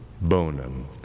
bonum